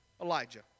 Elijah